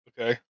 Okay